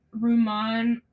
Ruman